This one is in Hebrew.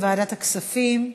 לוועדת כספים.